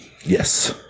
Yes